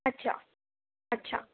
अच्छा अच्छा